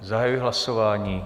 Zahajuji hlasování.